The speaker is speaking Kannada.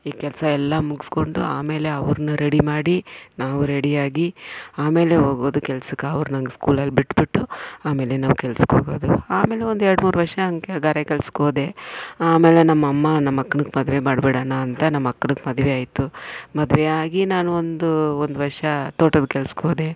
ಈ ಕೆಲಸ ಎಲ್ಲ ಮುಗಿಸ್ಕೊಂಡು ಆಮೇಲೆ ಅವ್ರನ್ನ ರೆಡಿ ಮಾಡಿ ನಾವು ರೆಡಿಯಾಗಿ ಆಮೇಲೆ ಹೋಗೋದು ಕೆಲ್ಸಕ್ಕೆ ಅವ್ರನ್ನ ಹಂಗೆ ಸ್ಕೂಲಲ್ಲಿ ಬಿಟ್ಬಿಟ್ಟು ಆಮೇಲೆ ನಾವು ಕೆಲ್ಸಕ್ಕೋಗೋದು ಆಮೇಲೆ ಒಂದೆರ್ಡು ಮೂರು ವರ್ಷ ಹಂಗೆ ಗಾರೆ ಕೆಲಸಕ್ಕೋದೆ ಆಮೇಲೆ ನಮ್ಮಮ್ಮ ನಮ್ಮಕ್ಕಂಗೆ ಮದುವೆ ಮಾಡ್ಬಿಡೋಣ ಅಂತ ನಮ್ಮಕ್ಕನಿಗೆ ಮದುವೆಯಾಯಿತು ಮದುವೆಯಾಗಿ ನಾನು ಒಂದು ಒಂದು ವರ್ಷ ತೋಟದ ಕೆಲಸಕ್ಕೋದೆ